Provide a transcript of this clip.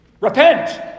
Repent